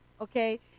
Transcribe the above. okay